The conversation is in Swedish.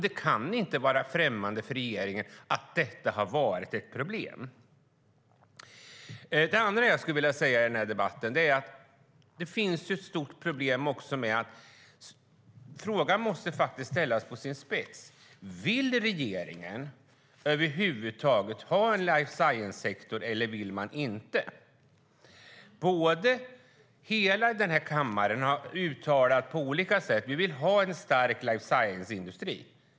Det kan inte vara främmande för regeringen att detta har varit ett problem. Det andra jag skulle vilja ta upp är en fråga som faktiskt måste ställas på sin spets: Vill regeringen över huvud taget ha en life science-sektor eller inte? Hela den här kammaren har på olika sätt uttalat att man vill ha en stark life science-industri.